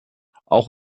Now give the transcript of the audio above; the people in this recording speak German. auch